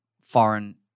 foreign-